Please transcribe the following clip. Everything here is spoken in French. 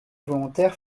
volontaires